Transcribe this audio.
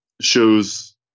shows